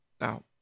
Now